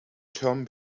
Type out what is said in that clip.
term